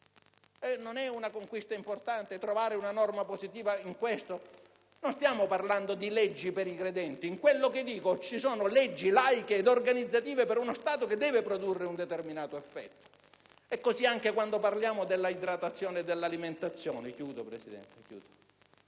non è una conquista importante trovare una norma positiva in proposito? Non stiamo parlando di leggi per i credenti. In quel che dico ci sono leggi laiche e organizzative per uno Stato che deve produrre un determinato effetto. Questo anche quando parliamo di idratazione e alimentazione. Abbiamo scelto tutti